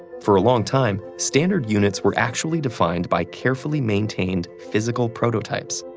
for a long time, standard units were actually defined by carefully maintained physical prototypes.